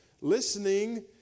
Listening